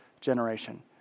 generation